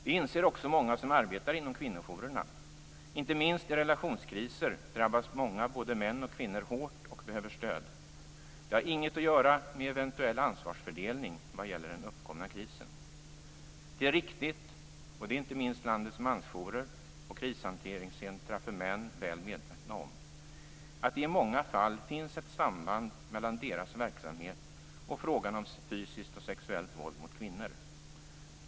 Det inser också många som arbetar inom kvinnojourerna. Inte minst i relationskriser drabbas många både män och kvinnor hårt och behöver stöd. Det har inget att göra med eventuell ansvarsfördelning vad gäller den uppkomna krisen. Det är riktigt - och det är inte minst landets mansjourer och krishanteringscentrum för män väl medvetna om - att det i många fall finns ett samband mellan deras verksamhet och frågan om fysiskt och sexuellt våld mot kvinnor.